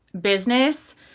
business